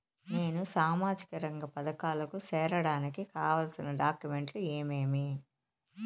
నేను సామాజిక రంగ పథకాలకు సేరడానికి కావాల్సిన డాక్యుమెంట్లు ఏమేమీ?